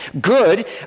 Good